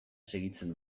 segitzen